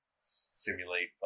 Simulate